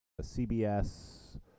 CBS